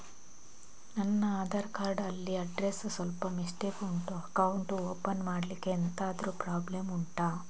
ನನ್ನ ಆಧಾರ್ ಕಾರ್ಡ್ ಅಲ್ಲಿ ಅಡ್ರೆಸ್ ಸ್ವಲ್ಪ ಮಿಸ್ಟೇಕ್ ಉಂಟು ಅಕೌಂಟ್ ಓಪನ್ ಮಾಡ್ಲಿಕ್ಕೆ ಎಂತಾದ್ರು ಪ್ರಾಬ್ಲಮ್ ಉಂಟಾ